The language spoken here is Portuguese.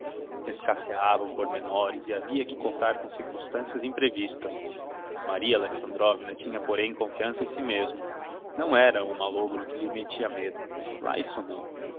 até escasseavam pormenores e havia que contar com circumstancias imprevistas maria alexandrovna tinha porém confiança em si mesmo não era o malogro que lhe mettia medo lá isso não